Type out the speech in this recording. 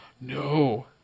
no